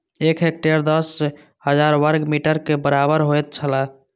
एक हेक्टेयर दस हजार वर्ग मीटर के बराबर होयत छला